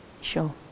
Sure